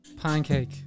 Pancake